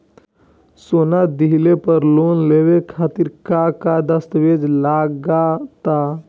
सोना दिहले पर लोन लेवे खातिर का का दस्तावेज लागा ता?